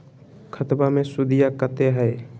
खतबा मे सुदीया कते हय?